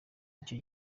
icyo